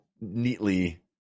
neatly